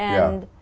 and,